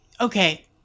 okay